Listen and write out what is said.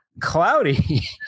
Cloudy